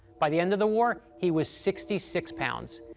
by the end of the war, he was sixty six pounds.